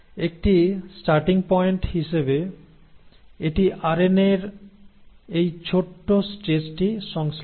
একটি starting point হিসাবে এটি আরএনএর এই ছোট স্ট্রেচটি সংশ্লেষ করে